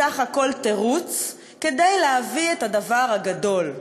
בסך הכול תירוץ, כדי להביא את הדבר הגדול,